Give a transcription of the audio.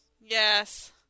Yes